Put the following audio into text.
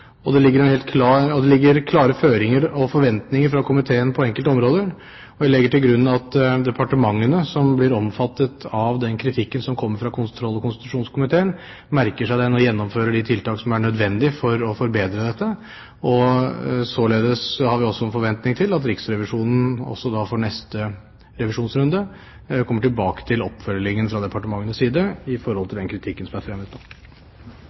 og det ligger klare føringer og forventninger fra komiteen på enkelte områder. Jeg legger til grunn at departementene som omfattes av den kritikken som kommer fra kontroll- og konstitusjonskomiteen, merker seg den og gjennomfører de tiltak som er nødvendig for å forbedre dette. Således har vi også en forventning til at Riksrevisjonen også i neste revisjonsrunde kommer tilbake til oppfølgingen fra departementenes side i forhold til den kritikken som er fremmet.